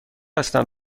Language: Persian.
هستم